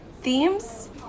themes